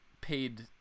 paid